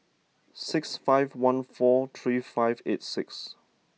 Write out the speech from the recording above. six five one four three five eights six